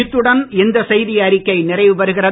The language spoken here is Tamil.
இத்துடன் இந்த செய்தி அறிக்கை நிறைவுபெறுகிறது